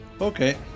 Okay